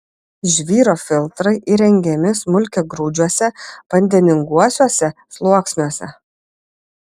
žvyro filtrai įrengiami smulkiagrūdžiuose vandeninguosiuose sluoksniuose